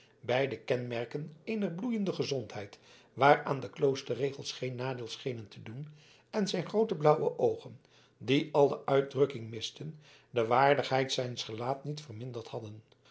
beide kenmerken eener bloeiende gezondheid waaraan de kloosterregels geen nadeel schenen te doen en zijn groote blauwe oogen die alle uitdrukking misten de waardigheid zijns gelaats niet verminderd hadden